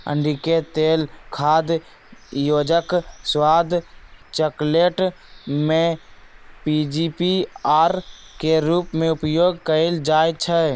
अंडिके तेल खाद्य योजक, स्वाद, चकलेट में पीजीपीआर के रूप में उपयोग कएल जाइछइ